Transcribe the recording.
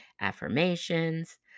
affirmations